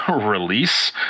release